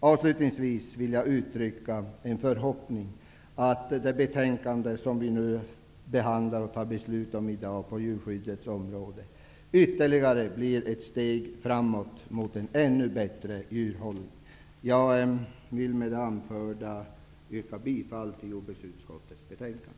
Avslutningsvis vill jag uttrycka en förhoppning att det betänkande vi nu behandlar och fattar beslut om i dag på djurskyddets område blir ytterligare ett steg framåt, mot en ännu bättre djurhållning. Jag vill med det anförda yrka bifall till jordbruksutskottets hemställan.